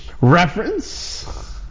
reference